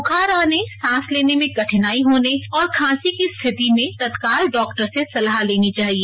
बुखार आने सांस लेने में कठिनाई होने और खांसी की स्थिति में तत्काल डॉक्टर से सलाह लेनी चाहिए